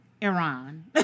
Iran